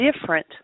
different